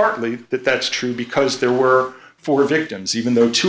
partly that that's true because there were four victims even though two